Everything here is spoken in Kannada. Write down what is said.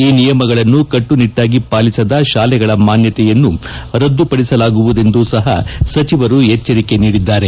ಈ ನಿಯಮಗಳನ್ನು ಕಟ್ಟುನಿಟ್ಟಾಗಿ ಪಾಲಿಸದ ಶಾಲೆಗಳ ಮಾನ್ನತೆಯನ್ನು ರದ್ದುಪಡಿಸಲಾಗುವುದೆಂದೂ ಸಹ ಸಚಿವರು ಎಚ್ಚರಿಕೆ ನೀಡಿದ್ದಾರೆ